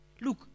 Look